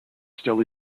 still